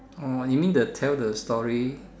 orh you mean the tell the story